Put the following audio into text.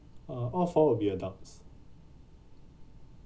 uh all four will be adults